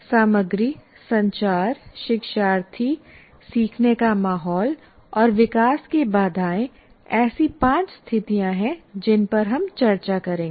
सामग्री संचार शिक्षार्थी सीखने का माहौल और विकास की बाधाएं ऐसी पांच स्थितियां हैं जिन पर हम चर्चा करेंगे